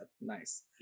Nice